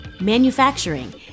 manufacturing